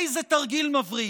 איזה תרגיל מבריק.